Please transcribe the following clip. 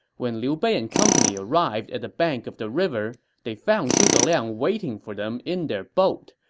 when liu bei and company arrived at the bank of the river, they found zhuge liang waiting for them in their boat,